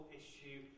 issue